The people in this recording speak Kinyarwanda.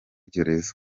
gereza